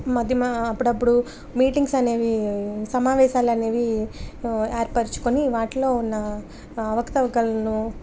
మధ్యమ అప్పుడప్పుడు మీటింగ్స్ అనేవి సమావేశాలనేవి ఏర్పరచుకుని వాటిలో ఉన్న అవకతవకల్ను